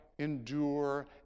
Endure